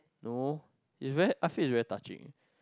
no it's very I feel is very touching leh